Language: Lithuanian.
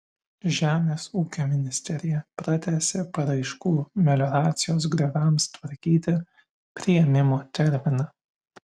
žemės ūkio ministerija pratęsė paraiškų melioracijos grioviams tvarkyti priėmimo terminą